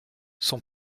son